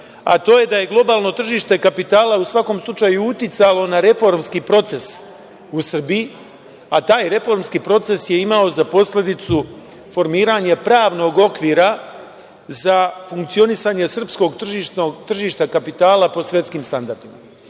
a to je da je globalno tržište kapitala u svakom slučaju uticalo na reformski proces u Srbiji, a taj reformski proces je imao za posledicu formiranje pravnog okvira za funkcionisanje srpskog tržišta kapitala po svetskim standardima. Da